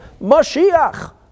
Mashiach